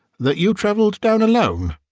that you travelled down alone,